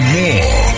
more